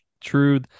true